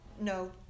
no